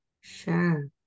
Sure